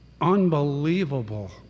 Unbelievable